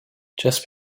just